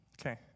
Okay